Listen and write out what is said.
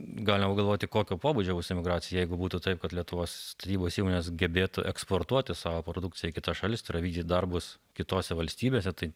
galima galvoti kokio pobūdžio bus emigracija jeigu būtų taip kad lietuvos statybos įmonės gebėtų eksportuoti savo produkciją į kitas šalis tai yra vykdyt darbus kitose valstybėse tai